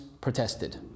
protested